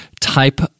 type